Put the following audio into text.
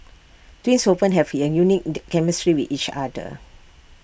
twins often have A unique the chemistry with each other